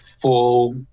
full